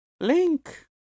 Link